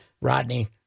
Rodney